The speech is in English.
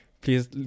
Please